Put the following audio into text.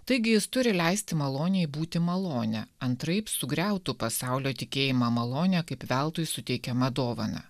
taigi jis turi leisti malonei būti malonę antraip sugriautų pasaulio tikėjimą malonę kaip veltui suteikiamą dovaną